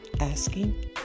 asking